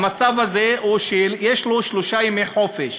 המצב הזה הוא שיש לו שלושה ימי חופשה.